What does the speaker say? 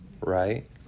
right